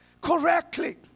correctly